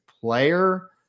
player